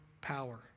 power